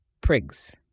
Prigs